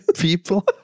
people